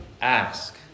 ask